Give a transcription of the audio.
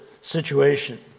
situation